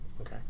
Okay